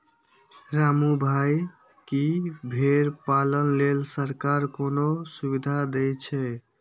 रामू भाइ, की भेड़ पालन लेल सरकार कोनो सुविधा दै छै?